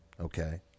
Okay